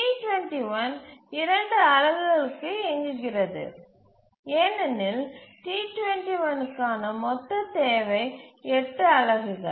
T21 2 அலகுகளுக்கு இயங்குகிறது ஏனெனில் T21 க்கான மொத்த தேவை 8 அலகுகள்